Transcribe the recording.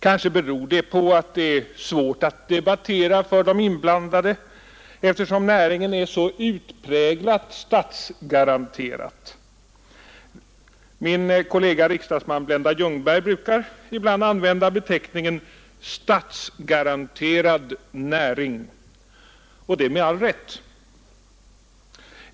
Kanske beror det på att det är svårt för de inblandade att debattera, eftersom näringen är så utpräglat ”statsgaranterad”. Min kollega riksdagsledamoten Blenda Ljungberg använder ibland beteckningen ”statsgaranterad näring”, och det med all rätt.